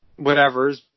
whatevers